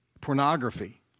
pornography